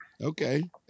Okay